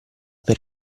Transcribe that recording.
per